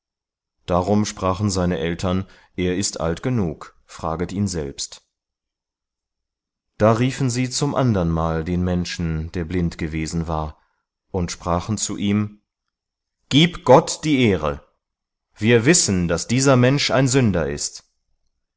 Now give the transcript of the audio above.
darum sprachen seine eltern er ist alt genug fraget ihn selbst da riefen sie zum andernmal den menschen der blind gewesen war und sprachen zu ihm gib gott die ehre wir wissen daß dieser mensch ein sünder ist